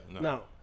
No